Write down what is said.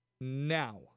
Now